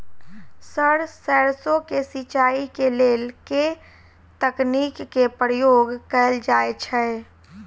Sir सैरसो केँ सिचाई केँ लेल केँ तकनीक केँ प्रयोग कैल जाएँ छैय?